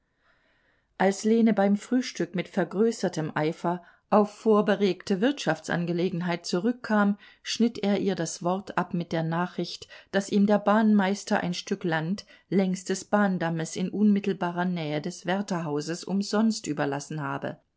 als lene beim frühstück mit vergrößertem eifer auf vorberegte wirtschaftsangelegenheit zurückkam schnitt er ihr das wort ab mit der nachricht daß ihm der bahnmeister ein stück land längs des bahndammes in unmittelbarer nähe des wärterhauses umsonst überlassen habe